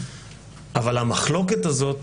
אבל המחלוקת הזאת,